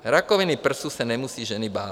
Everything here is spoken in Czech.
Rakoviny prsu se nemusí ženy bát.